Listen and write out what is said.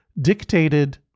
dictated